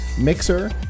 Mixer